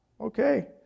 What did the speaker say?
Okay